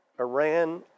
Iran